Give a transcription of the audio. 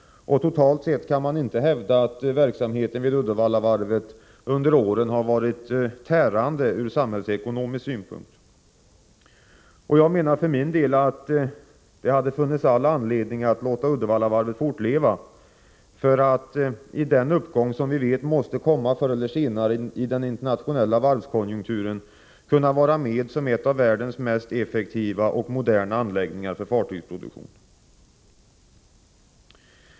Totalt sett kan man inte hävda att verksamheten vid Uddevallavarvet under åren har varit tärande från samhällsekonomisk synpunkt. Jag menar för min del att det hade funnits all anledning att låta Uddevallavarvet fortleva för att, i den uppgång som vi vet måste komma förr eller senare i den internationella varvskonjunkturen, kunna vara med som en av världens mest effektiva och moderna anläggningar för fartygsproduktion.